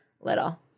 little